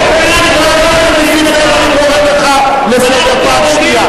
אני קורא לך לסדר פעם שנייה.